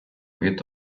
від